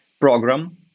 program